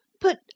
But